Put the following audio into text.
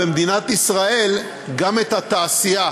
במדינת ישראל גם את התעשייה,